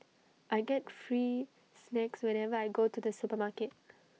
I get free snacks whenever I go to the supermarket